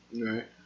Right